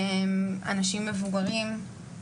אנשים מבוגרים.